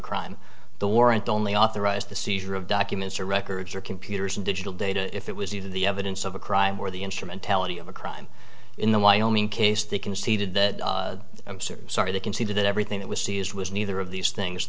crime the warrant only authorized the seizure of documents or records or computers and digital data if it was either the evidence of a crime or the instrumentality of a crime in the wyoming case they conceded that i'm certain sorry they conceded that everything that was seized was neither of these things